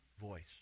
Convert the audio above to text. voice